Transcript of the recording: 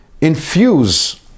infuse